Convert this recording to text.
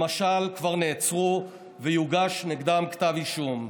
למשל, כבר נעצרו, ויוגש נגדם כתב אישום.